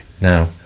Now